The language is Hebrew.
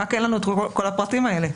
רק אין לנו את כל הפרטים האלה.